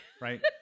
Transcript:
right